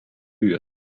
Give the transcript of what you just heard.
buren